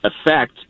affect –